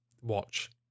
watch